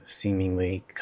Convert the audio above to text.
seemingly